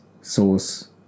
sauce